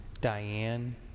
Diane